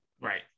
Right